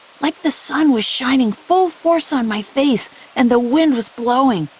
like the sun was shining full force on my face and the wind was blowing.